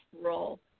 role